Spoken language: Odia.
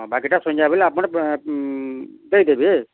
ହଁ ବାକିଟା ସନ୍ଧ୍ୟାବେଲେ ଆପଣ ଦେଇ ଦେବେ